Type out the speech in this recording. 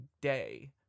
day